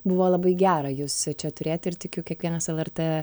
buvo labai gera jus čia turėti ir tikiu kiekvienas lrt